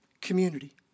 community